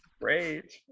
Great